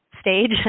stage